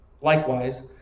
Likewise